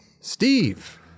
steve